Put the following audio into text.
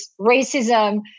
racism